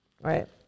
right